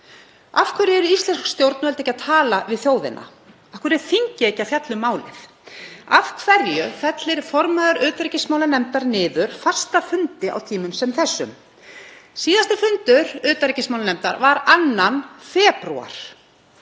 Af hverju eru íslensk stjórnvöld ekki að tala við þjóðina? Af hverju er þingið ekki að fjalla um málið? Af hverju fellir formaður utanríkismálanefndar niður fasta fundi á tímum sem þessum? Síðasti fundur utanríkismálanefndar var 2. febrúar.